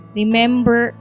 remember